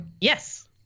Yes